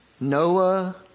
Noah